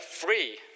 free